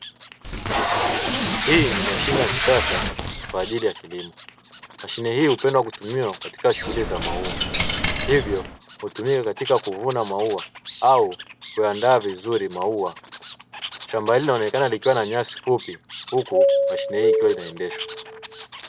Hii ni mashine ya kisasa kwa ajili ya kilimo, mashine hii hupendwa kutumika kwenye shughuli za maua, hivyo hutumika katika kuvuna mauwa au kuandaa vizuri maua shamba hili linaonekana likiwa na nyasi fupi, huku mashine hiyo ikiwa inaendeshwa.